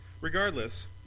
Regardless